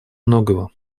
многого